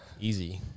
Easy